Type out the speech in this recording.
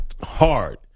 hard